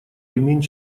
ремень